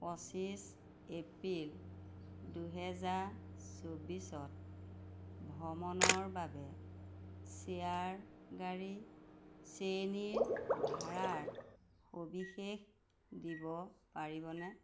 পঁচিছ এপ্ৰিল দুহেজাৰ চৌবিছত ভ্ৰমণৰ বাবে চেয়াৰগাড়ী শ্ৰেণীৰ ভাড়াৰ সবিশেষ দিব পাৰিবনে